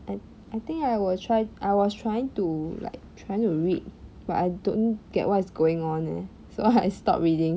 I I think I was try I was trying to like trying to read but I don't get what is going on eh so I stopped reading